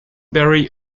barry